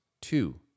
Two